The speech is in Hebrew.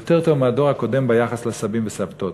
יותר טוב מהדור הקודם ביחס לסבים וסבתות.